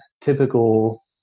typical